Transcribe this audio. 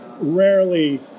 rarely